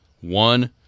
One